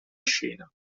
scena